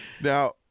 now